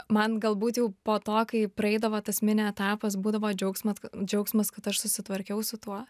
man galbūt jau po to kai praeidavo tas mini etapas būdavo džiaugsmas džiaugsmas kad aš susitvarkiau su tuo